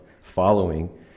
following